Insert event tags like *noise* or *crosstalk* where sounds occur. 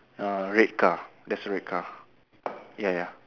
uh red car there's a red car *noise* ya ya